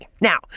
now